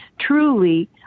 truly